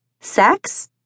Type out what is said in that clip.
Sex